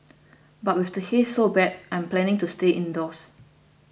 but with the haze so bad I'm planning to stay indoors